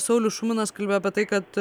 saulius šuminas kalbėjo apie tai kad